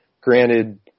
Granted